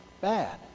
bad